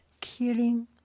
killing